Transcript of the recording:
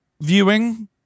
viewing